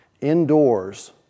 indoors